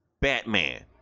Batman